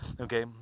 Okay